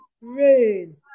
rain